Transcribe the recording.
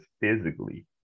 physically